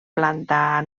planta